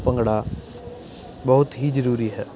ਭੰਗੜਾ ਬਹੁਤ ਹੀ ਜ਼ਰੂਰੀ ਹੈ